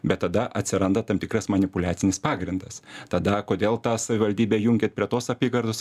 bet tada atsiranda tam tikras manipuliacinis pagrindas tada kodėl tą savivaldybę jungiant prie tos apygardos